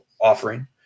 offering